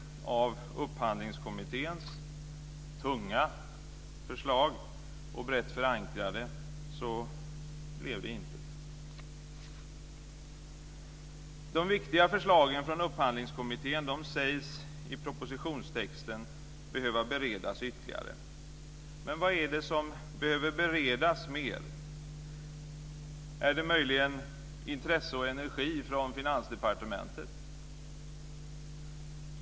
Av Upphandlingskommitténs tunga och brett förankrade förslag blev intet. Det sägs i propositionstexten att de viktiga förslagen från Upphandlingskommittén behöver beredas ytterligare. Men vad är det som behöver beredas ytterligare? Är det möjligen intresse och energi från Finansdepartementet?